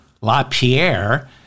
LaPierre